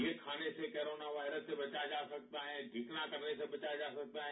ये खाने से कोरोना वायरस से बचा जा सकता है ढिकना करने से बचा जा सकता है